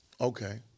Okay